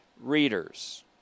readers